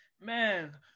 Man